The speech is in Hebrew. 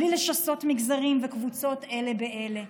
בלי לשסות מגזרים וקבוצות אלה באלה.